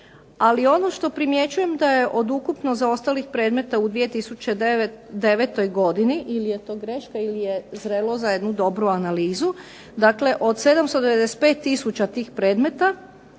ali ono što primjećujem da je od ukupno zaostalih predmeta u 2009. godini ili je to greška, ili je zrelo za jednu dobru analizu, dakle od 795 tisuća tih predmeta,